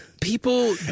people